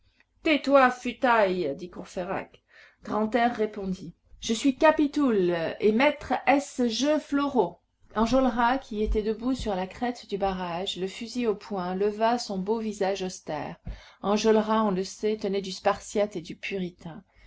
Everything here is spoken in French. futaille dit courfeyrac grantaire répondit je suis capitoul et maître ès jeux floraux enjolras qui était debout sur la crête du barrage le fusil au poing leva son beau visage austère enjolras on le sait tenait du spartiate et du puritain